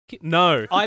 No